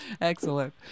Excellent